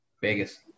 Vegas